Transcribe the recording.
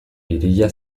hiria